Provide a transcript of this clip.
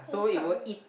[oh]-my-god